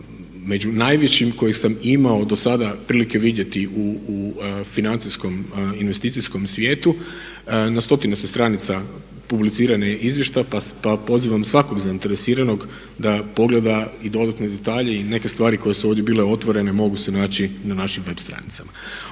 među najvećim kojeg sam imao do sada prilike vidjeti u financijskom investicijskom svijetu. Na stotine se stranica publicira …/Govornik se ne razumije./… pa pozivam svakog zainteresiranog da pogleda i dodatne detalje i neke stvari koje su ovdje bile otvorene mogu se naći na našim web stranicama.